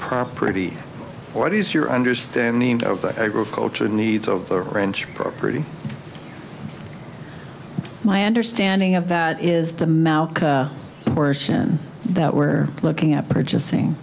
property what is your understanding of the agricultural needs of the ranch property my under standing of that is the mouth portion that we're looking at purchasing